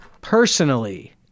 personally